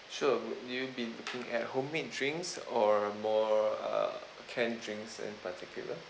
sure would you be looking at homemade drinks or more uh canned drinks in particular